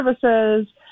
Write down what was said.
services